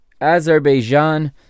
Azerbaijan